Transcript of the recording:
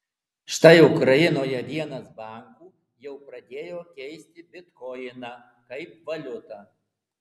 štai ukrainoje vienas bankų jau pradėjo keisti bitkoiną kaip valiutą